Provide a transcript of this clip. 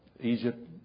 Egypt